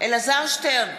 אלעזר שטרן,